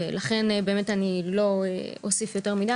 ולכן אני לא אוסיף יותר מידי,